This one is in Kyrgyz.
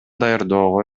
даярдоого